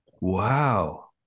Wow